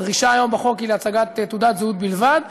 הדרישה היום בחוק היא להצגת תעודת זהות בלבד,